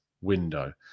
window